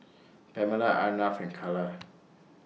Pamela Arnav and Calla